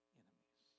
enemies